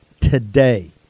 today